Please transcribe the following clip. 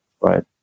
Right